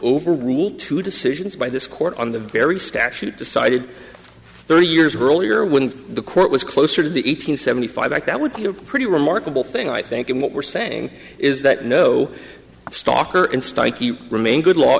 rule two decisions by this court on the very statute decided thirty years earlier when the court was closer to the eight hundred seventy five act that would be a pretty remarkable thing i think and what we're saying is that no stalker and remain good law